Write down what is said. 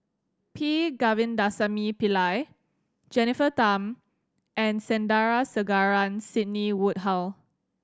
P Govindasamy Pillai Jennifer Tham and Sandrasegaran Sidney Woodhull